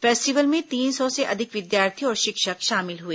festival में तीन सौ से अधिक विद्यार्थी और शिक्षक शामिल हुए